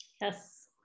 Yes